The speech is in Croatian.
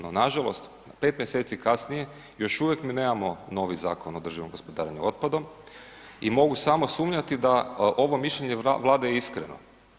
No, nažalost 5 mjeseci kasnije još uvijek mi nemamo novi Zakon o održivom gospodarenju otpadom i mogu samo sumnjati da ovo mišljenje Vlade je iskreno.